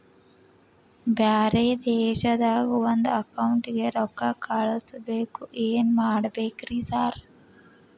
ಬ್ಯಾರೆ ದೇಶದಾಗ ಒಂದ್ ಅಕೌಂಟ್ ಗೆ ರೊಕ್ಕಾ ಕಳ್ಸ್ ಬೇಕು ಏನ್ ಮಾಡ್ಬೇಕ್ರಿ ಸರ್?